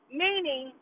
meaning